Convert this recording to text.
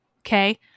Okay